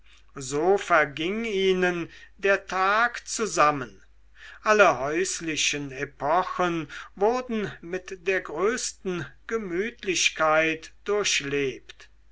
so verging ihnen der tag zusammen alle häuslichen epochen wurden mit der größten gemütlichkeit durchlebt